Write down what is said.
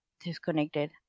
disconnected